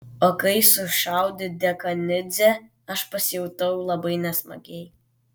o kai sušaudė dekanidzę aš pasijutau labai nesmagiai